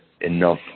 enough